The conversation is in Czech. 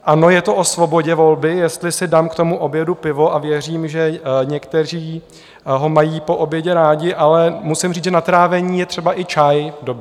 Ano, je to o svobodě volby, jestli si dám k tomu obědu pivo, a věřím, že někteří ho mají po obědě rádi, ale musím říct, že na trávení je třeba i čaj dobrý.